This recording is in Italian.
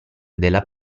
della